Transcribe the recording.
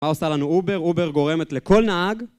מה עושה לנו עובר? עובר גורמת לכל נהג.